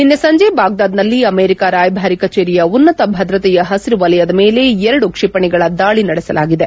ನಿನ್ನೆ ಸಂಜೆ ಬಾಗ್ದಾದ್ನಲ್ಲಿ ಅಮೆರಿಕ ರಾಯಭಾರಿ ಕಚೇರಿಯ ಉನ್ನತ ಭದ್ರತೆಯ ಪಸಿರು ವಲಯದ ಮೇಲೆ ಎರಡು ಕ್ಷಿಪಣಿಗಳ ದಾಳಿ ನಡೆಸಲಾಗಿದೆ